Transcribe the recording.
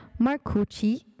Marcucci